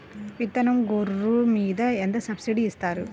విత్తనం గొర్రు మీద ఎంత సబ్సిడీ ఇస్తారు?